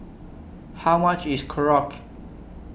How much IS Korokke